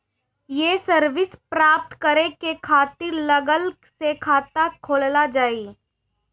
ये सर्विस प्राप्त करे के खातिर अलग से खाता खोलल जाइ?